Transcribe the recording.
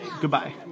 Goodbye